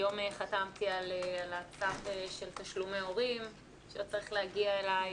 היום חתמתי על הצו של תשלומי הורים שלא צריך להגיע אליך,